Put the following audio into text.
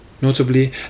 notably